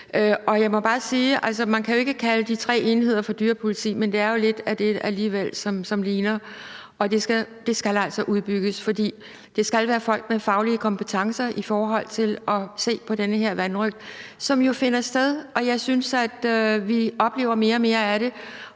man jo ikke kan kalde de tre enheder for dyrepoliti, men de ligner jo lidt af det alligevel, og det skal altså udbygges, for det skal være folk med faglige kompetencer, der skal se på den vanrøgt, som jo finder sted. Jeg synes, at vi oplever mere og mere af det,